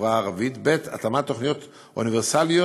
לחברה הערבית, ב, התאמת תוכניות אוניברסליות